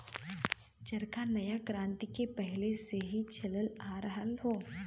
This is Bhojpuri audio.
चरखा नया क्रांति के पहिले से ही चलल आ रहल हौ